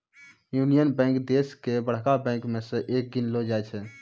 union Bank देश के बड़का बैंक मे एक गिनलो जाय छै